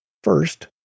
First